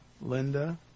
Linda